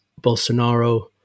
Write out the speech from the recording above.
Bolsonaro